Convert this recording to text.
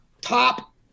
top